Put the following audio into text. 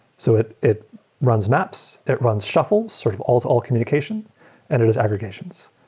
so it it runs maps. it runs shuffles, sort of all-to-all communication and it is aggregations.